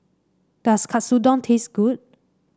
does Katsudon taste good